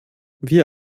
wie